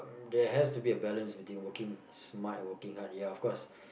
there has to be a balance between working smart and working hard ya of course